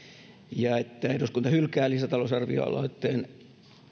ja että eduskunta hylkää lisätalousarvioaloitteen